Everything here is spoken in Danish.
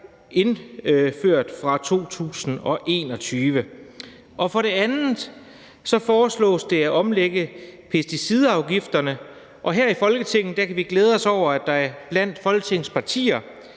indført fra 2021. For det andet foreslås det at omlægge pesticidafgifterne. Og her i Folketinget kan vi glæde os over, at der blandt Folketingets partier